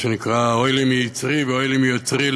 מה שנקרא: אוי לי מיצרי ואי לי מיוצרי.